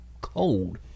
cold